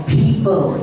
people